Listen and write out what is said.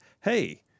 hey –